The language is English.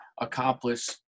accomplish